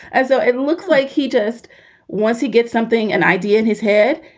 and so it looks like he just once he gets something, an idea in his head,